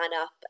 up